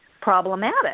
problematic